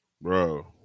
Bro